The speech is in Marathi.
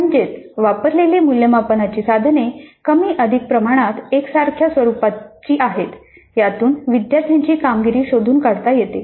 म्हणजेच वापरलेली मूल्यमापनाची साधने कमी अधिक प्रमाणात एक सारख्या स्वरूपाची आहेत यातून विद्यार्थ्यांची कामगिरी शोधून काढता येते